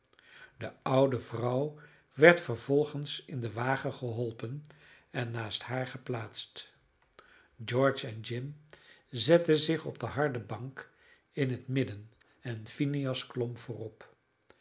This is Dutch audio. de oude vrouw werd vervolgens in den wagen geholpen en naast haar geplaatst george en jim zetten zich op de harde bank in het midden en phineas klom voorop